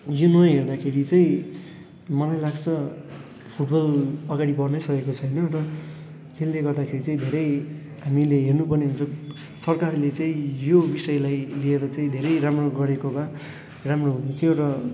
यो नहेर्दाखेरि चाहिँ मलाई लाग्छ फुटबल अगाडि बढ्नै सकेको छैन र त्यसले गर्दाखेरि चाहिँ धेरै हामीले हेर्नुपर्ने हुन्छ सरकारले चाहिँ यो बिषयलाई लिएर चाहिँ धेरै राम्रो गरेको भए राम्रो हुनेथ्यो र